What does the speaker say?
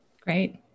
Great